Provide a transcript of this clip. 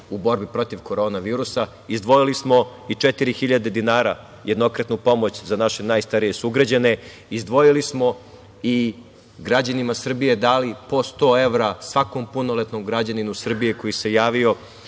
u borbi protiv korona virusa. Izdvojili smo i četiri hiljade dinara, jednokratnu pomoć za naše najstarije sugrađane. Izdvojili smo i građanima Srbije dali po 100 evra, svakom punoletnom građaninu Srbije koji se javio